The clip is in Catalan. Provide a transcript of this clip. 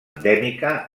endèmica